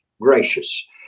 gracious